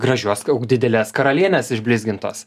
gražios didelės karalienės išblizgintos